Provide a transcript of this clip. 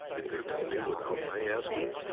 if they tell me without my asking?